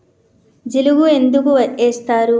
జిలుగు ఎందుకు ఏస్తరు?